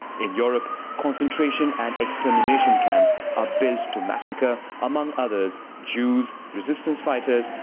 in europe, concentration and extermination camps are built to massacre, among others, jews, resistance fighters,